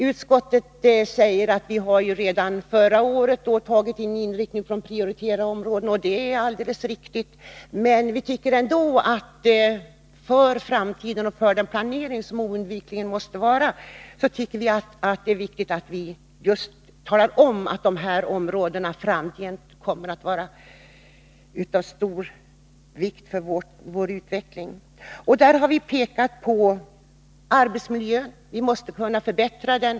Utskottet skriver att vi redan förra året inriktade oss på vissa prioriteringsområden, och det är alldeles riktigt, men centern tycker i alla fall att det med tanke på framtiden och den helt nödvändiga planeringen är viktigt att det klargörs att de ifrågavarande områdena kommer att vara av stor vikt för utvecklingen. Centern har pekat på arbetsmiljön. Denna måste kunna förbättras.